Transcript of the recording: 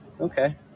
Okay